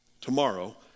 Tomorrow